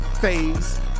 phase